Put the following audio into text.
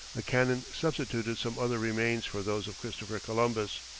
a canon substituted some other remains for those of christopher columbus,